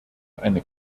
eine